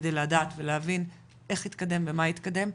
כדי לדעת ולהבין איך התקדם ומה התקדם,